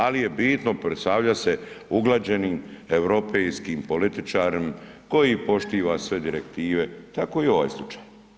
Ali je bitno predstavljat se uglađenim europejskim političarem koji poštuje sve direktive, tako i ovaj slučaj.